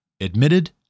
admitted